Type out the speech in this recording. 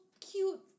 cute